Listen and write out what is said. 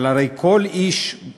הרי כל בר-דעת